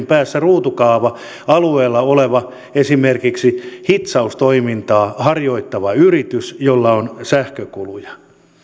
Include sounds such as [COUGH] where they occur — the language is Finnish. [UNINTELLIGIBLE] päässä ruutukaava alueella oleva esimerkiksi hitsaustoimintaa harjoittava yritys jolla on sähkökuluja